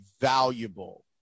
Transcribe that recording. valuable